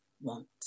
want